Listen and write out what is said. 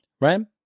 Ram